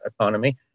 economy